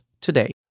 today